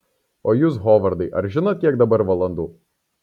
o jūs hovardai ar žinot kiek dabar valandų